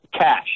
cash